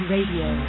Radio